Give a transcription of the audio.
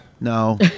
No